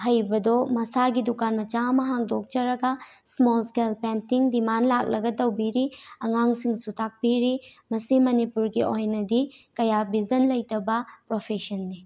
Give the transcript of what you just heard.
ꯍꯩꯕꯗꯣ ꯃꯁꯥꯒꯤ ꯗꯨꯀꯥꯟ ꯃꯆꯥ ꯑꯃ ꯍꯥꯡꯗꯣꯛꯆꯔꯒ ꯏꯁꯃꯣꯜ ꯏꯁꯀꯦꯜ ꯄꯦꯟꯇꯤꯡ ꯗꯤꯃꯥꯟ ꯂꯥꯛꯂꯒ ꯇꯧꯕꯤꯔꯤ ꯑꯉꯥꯡꯁꯤꯡꯁꯨ ꯇꯥꯛꯄꯤꯔꯤ ꯃꯁꯤ ꯃꯅꯤꯄꯨꯔꯒꯤ ꯑꯣꯏꯅꯗꯤ ꯀꯌꯥ ꯕꯤꯖꯟ ꯂꯩꯇꯕ ꯄ꯭ꯔꯣꯐꯦꯁꯟꯅꯤ